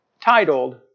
titled